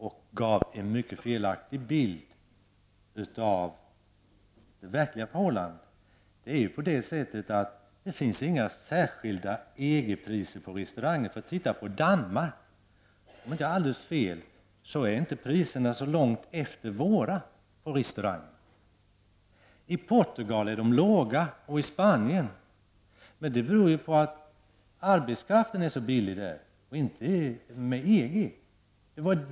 Där gavs en felaktig bild av det verkliga förhållandet. Det finns inga särskilda EG-priser på restaurang. Titta på Danmark! Om jag inte har alldeles fel, är restaurangpriserna där inte långt efter våra. I Portugal och Spanien är de låga, men det beror ju på att arbetskraften är så billig där och har inte med EG att göra.